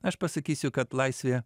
aš pasakysiu kad laisvė